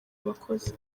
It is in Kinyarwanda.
abakozi